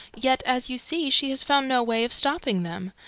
yet, as you see, she has found no way of stopping them.